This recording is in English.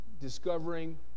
discovering